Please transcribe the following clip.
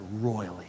royally